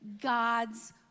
God's